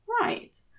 right